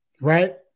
Right